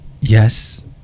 yes